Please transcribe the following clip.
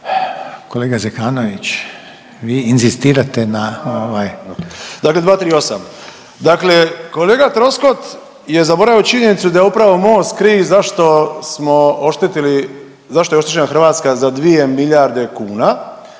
… **Zekanović, Hrvoje (HDS)** Dakle, 238. Dakle, kolega Troskot je zaboravio činjenicu da je upravo MOST kriv zašto smo oštetili, zašto je oštećena Hrvatska za 2 milijarde kuna